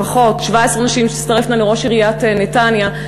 לפחות 17 נשים שתצטרפנה לראש עיריית נתניה,